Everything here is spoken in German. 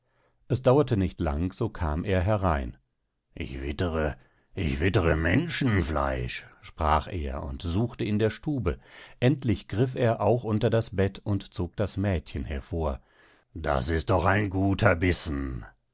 es dauerte nicht lang so kam er herein ich wittre ich wittre menschenfleisch sprach er und suchte in der stube endlich griff er auch unter das bett und zog das mädchen hervor das ist noch ein guter bissen